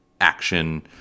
action